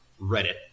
Reddit